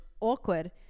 awkward